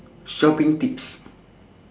shopping tips